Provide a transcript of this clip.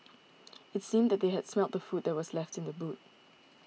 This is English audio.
it seemed that they had smelt the food that was left in the boot